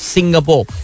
Singapore